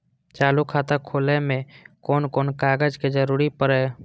चालु खाता खोलय में कोन कोन कागज के जरूरी परैय?